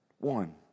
one